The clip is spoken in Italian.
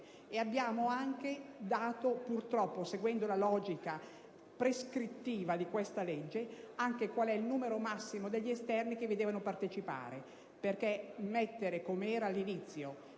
in tale emendamento, purtroppo seguendo la logica prescrittiva di questa legge, qual è il numero massimo degli esterni che vi devono partecipare, perché prevedere, come era all'inizio,